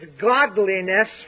godliness